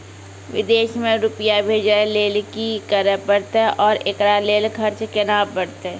विदेश मे रुपिया भेजैय लेल कि करे परतै और एकरा लेल खर्च केना परतै?